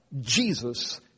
Jesus